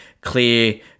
clear